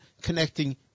connecting